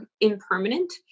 impermanent